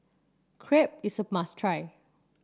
crepe is a must try